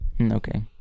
Okay